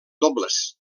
dobles